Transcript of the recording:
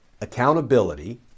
Accountability